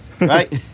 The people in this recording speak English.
right